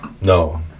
No